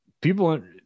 people